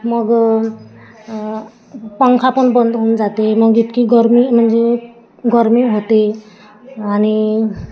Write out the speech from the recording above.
मग पंखा पण बंद होऊन जाते मग इतकी गर्मी म्हणजे गर्मी होते आणि